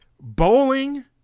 Bowling